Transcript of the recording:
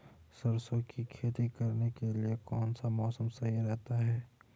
सरसों की खेती करने के लिए कौनसा मौसम सही रहता है?